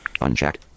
Unchecked